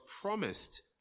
promised